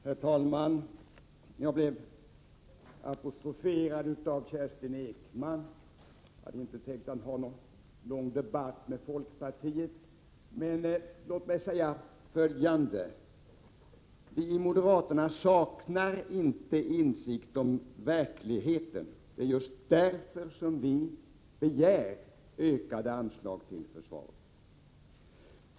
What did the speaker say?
Herr talman! Jag blev apostroferad av Kerstin Ekman. Jag hade inte tänkt föra någon lång debatt med folkpartiet, men låt mig säga följande. Vi i moderaterna saknar inte insikt om verkligheten. Det är just därför som vi begär ökade anslag till försvaret.